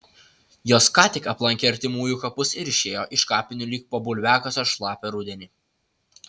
jos ką tik aplankė artimųjų kapus ir išėjo iš kapinių lyg po bulviakasio šlapią rudenį